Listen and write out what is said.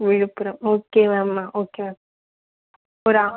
Villupuram okay ma'am நான் okay ma'am ஒரு ஆ